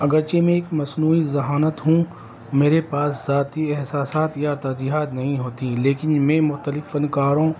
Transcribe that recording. اگرچہ میں ایک مصنوعی ذہانت ہوں میرے پاس ذاتی احساسات یا ترجیحات نہیں ہوتی لیکن میں مختلف فنکاروں